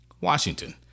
Washington